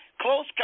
close